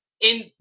in-